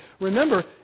Remember